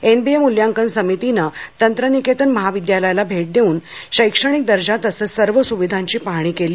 NBA मूल्यांकन समितीने तंत्रनिकेतन महाविद्यालयाला भेट देऊन तंत्रनिकेतनचा शैक्षणिक दर्जा तसेच सर्व स्विधांची पाहणी केली